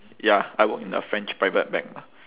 ya I work in a french private bank lah